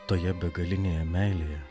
toje begalinėje meilėje